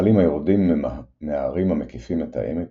הנחלים היורדים מההרים המקיפים את העמק